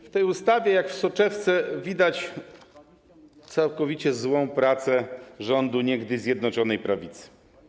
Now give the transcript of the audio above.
W tej ustawie jak w soczewce widać całkowicie złą pracę rządu niegdyś Zjednoczonej Prawicy.